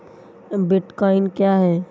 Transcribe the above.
Bitcoin क्या है?